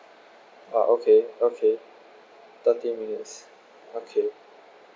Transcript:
uh okay okay thirty minutes okay